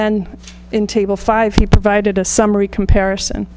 then in table five he provided a summary comparison